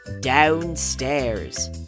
Downstairs